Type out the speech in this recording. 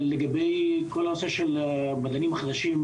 לגבי כל הנושא של המדענים החדשים,